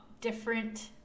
different